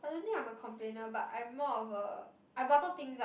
I don't think I'm a complainer but I'm more of a I bottle things up